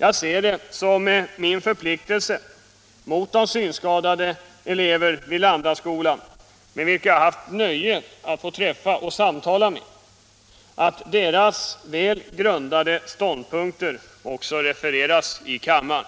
Jag ser det som min förpliktelse mot de synskadade elever vid Landaskolan som jag haft nöjet att få träffa och samtala med att deras välgrundade ståndpunkter refereras i kammaren.